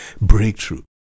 breakthrough